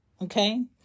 okay